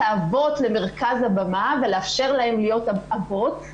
האבות למרכז הבמה ולאפשר להם להיות אבות,